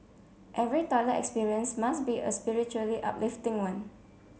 every toilet experience must be a spiritually uplifting one